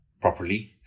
properly